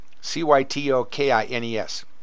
C-Y-T-O-K-I-N-E-S